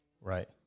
Right